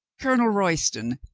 colonel royston,